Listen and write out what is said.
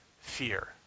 fear